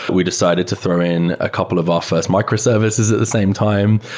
we decided to throw in a couple of our first microservices at the same time.